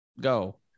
Go